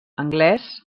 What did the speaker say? anglès